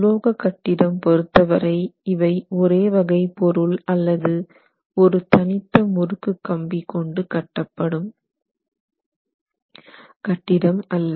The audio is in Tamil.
உலோக கட்டிடம் பொறுத்தவரை இவை ஒரே வகை பொருள் அல்லது ஒரு தனித்த முறுக்கு கம்பி கொண்டு கட்டப்படும் கட்டிடம் அல்ல